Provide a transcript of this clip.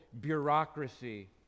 bureaucracy